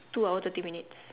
two hour thirty minutes